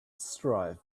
strive